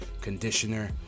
conditioner